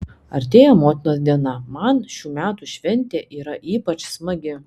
artėja motinos diena man šių metų šventė yra ypač smagi